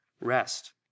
rest